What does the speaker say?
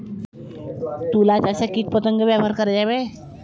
তুলা চাষে কীটপতঙ্গ ব্যবহার করা যাবে?